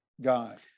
God